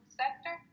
sector